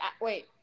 Wait